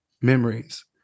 memories